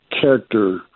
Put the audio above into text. character